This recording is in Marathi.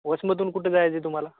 वसमतून कुठे जायचे तुम्हाला